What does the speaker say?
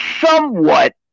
somewhat